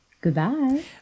Goodbye